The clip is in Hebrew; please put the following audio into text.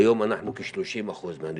היום אנחנו כ-30% מהנדבקים.